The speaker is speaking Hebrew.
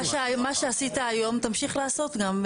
מה שעשית היום תמשיך לעשות גם,